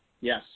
Yes